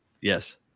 yes